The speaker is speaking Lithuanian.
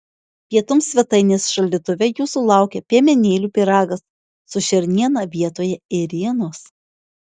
pietums svetainės šaldytuve jūsų laukia piemenėlių pyragas su šerniena vietoje ėrienos